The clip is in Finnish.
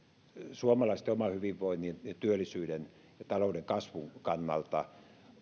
suomalaisten oman hyvinvoinnin työllisyyden ja talouden kasvun kannalta